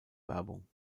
werbung